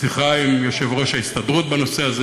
שיחה עם יושב-ראש ההסתדרות בנושא הזה,